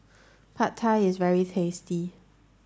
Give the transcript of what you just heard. Pad Thai is very tasty